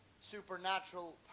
supernatural